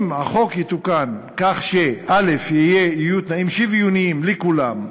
אם החוק יתוקן כך שיהיו תנאים שוויוניים לכולם,